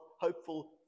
hopeful